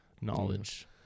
knowledge